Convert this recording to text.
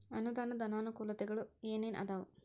ಅನುದಾನದ್ ಅನಾನುಕೂಲತೆಗಳು ಏನ ಏನ್ ಅದಾವ?